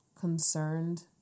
concerned